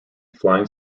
flying